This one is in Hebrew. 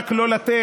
רק לא לתת,